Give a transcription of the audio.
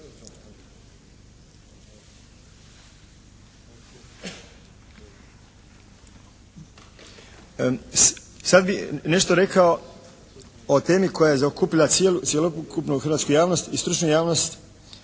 Sad bi nešto rekao o temi koja je zaokupila cjelokupnu hrvatsku javnost i stručnu javnost,